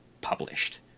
published